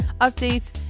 updates